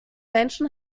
menschen